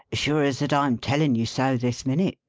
sure as that i'm telling you so this minute.